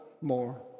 more